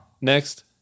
Next